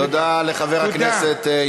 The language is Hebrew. תודה לחבר הכנסת, תודה.